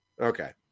Okay